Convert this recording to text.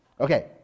Okay